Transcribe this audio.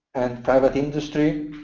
and private industry,